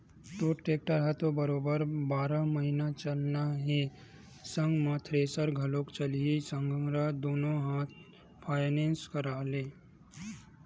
तोर टेक्टर ह तो बरोबर बारह महिना चलना हे संग म थेरेसर घलोक चलही संघरा दुनो ल फायनेंस करा ले